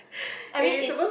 I mean is